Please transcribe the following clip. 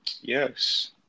yes